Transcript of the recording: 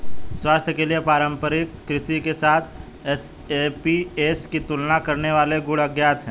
स्वास्थ्य के लिए पारंपरिक कृषि के साथ एसएपीएस की तुलना करने वाले गुण अज्ञात है